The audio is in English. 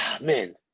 man